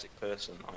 person